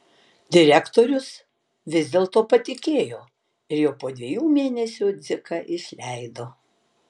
direktorius vis dėl to patikėjo ir jau po dviejų mėnesių dziką išleido